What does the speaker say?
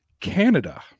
Canada